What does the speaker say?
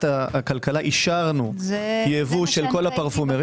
הכלכלה אישרנו ייבוא של כל הפרפורמריה.